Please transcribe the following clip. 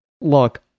Look